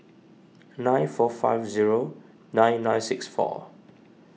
nine four five zero nine nine six four